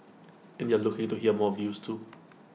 and they're looking to hear more views too